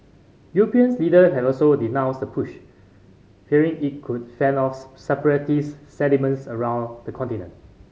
European leader have also denounced the push fearing it could fan separatist sentiment around the continent